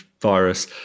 virus